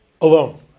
alone